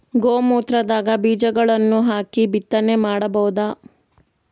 ಗೋ ಮೂತ್ರದಾಗ ಬೀಜಗಳನ್ನು ಹಾಕಿ ಬಿತ್ತನೆ ಮಾಡಬೋದ?